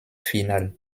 finale